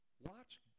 Watch